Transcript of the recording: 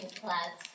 class